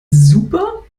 super